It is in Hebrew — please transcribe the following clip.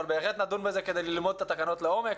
אבל בהחלט נדון בזה כדי ללמוד את התקנות לעומק.